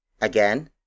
Again